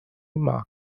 mark